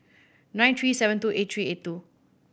nine three seven two eight three eight two